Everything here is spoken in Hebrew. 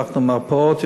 פתחנו יותר מרפאות,